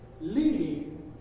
leading